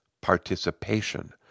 Participation